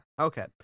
Okay